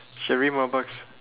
should read more books